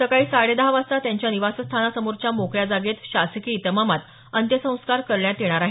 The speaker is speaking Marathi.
सकाळी साडे दहा वाजता त्यांच्या निवासस्थानासमोरच्या मोकळ्या जागेत शासकीय इतमामात अंत्यसंस्कार करण्यात येणार आहेत